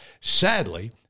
Sadly